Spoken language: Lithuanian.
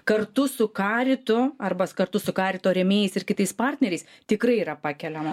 kartu su karitu arba kartu su karito rėmėjais ir kitais partneriais tikrai yra pakeliama